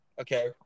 Okay